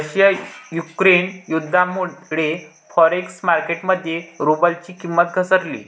Russia Ukraine युद्धामुळे forex market मध्ये रुबलची किंमत घसरली